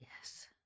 Yes